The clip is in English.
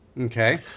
okay